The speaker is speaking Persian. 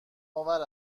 آوری